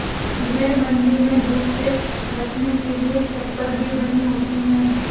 भेंड़ मण्डी में धूप से बचने के लिए छप्पर भी बनी होती है